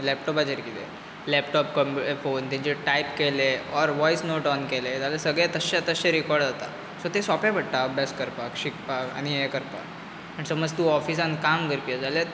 लॅपटॉपाचेर कितें लॅपटॉप कम्पु फोन तेंचेर टायप केलें ऑर वॉयस नोट ऑन केलें जाल्यार सगळें तश्या तशें रॅकॉर्ड जाता सो तें सोंपें पडटा अभ्यास करपाक शिकपाक आनी हें करपाक आनी समज तूं ऑफिसान काम करपी जाल्यार